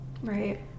right